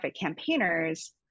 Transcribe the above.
campaigners